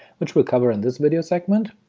which we'll cover in this video segment,